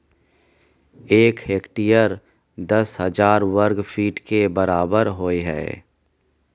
एक हेक्टेयर दस हजार वर्ग मीटर के बराबर होय हय